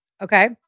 okay